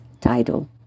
title